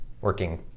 working